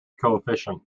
coefficient